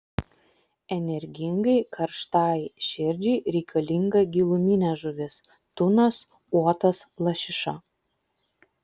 energingai karštai širdžiai reikalinga giluminė žuvis tunas uotas lašiša